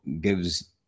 gives